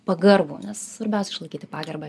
pagarbų nes svarbiausia išlaikyti pagarbą